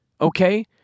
Okay